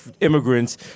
immigrants